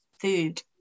food